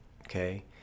okay